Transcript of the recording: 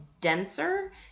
denser